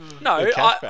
No